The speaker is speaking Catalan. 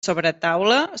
sobretaula